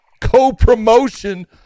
co-promotion